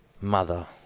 Mother